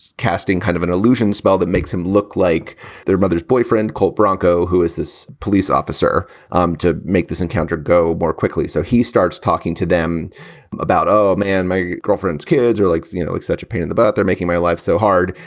casting kind of an illusion spell that makes him look like their mother's boyfriend, colt broncho, who is this police officer um to make this encounter go more quickly? so he starts talking to them about, oh, man my girlfriend's kids are like, you know, it's such a pain in the butt. they're making my life so hard.